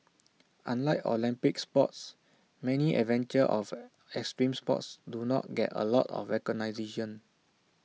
unlike Olympic sports many adventure or extreme sports do not get A lot of recognition